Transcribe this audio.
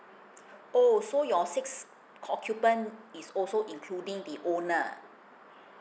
oh so your sixth occupant is also including the owner